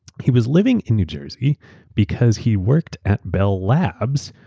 he was living in new jersey because he worked at bell labs,